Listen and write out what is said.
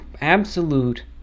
absolute